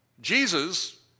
Jesus